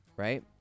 Right